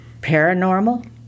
paranormal